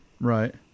right